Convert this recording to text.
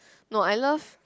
no I love